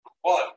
One